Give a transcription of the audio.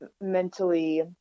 mentally